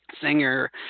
singer